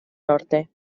norte